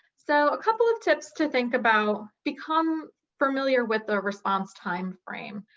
so a couple of tips to think about, become familiar with the response time frame.